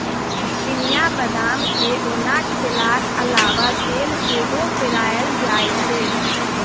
चिनियाँ बदाम केँ ओना खेलाक अलाबा तेल सेहो पेराएल जाइ छै